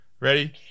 Ready